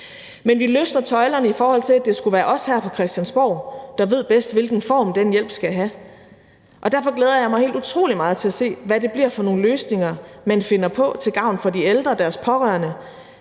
Men vi løsner tøjlerne, i forhold til at det skulle være os her på Christiansborg, der ved bedst, hvilken form den hjælp skal have. Derfor glæder jeg mig helt utrolig meget til at se, hvad det bliver for nogle løsninger, man finder på til gavn for de ældre og deres pårørende